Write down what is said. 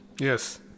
yes